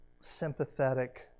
sympathetic